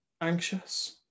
anxious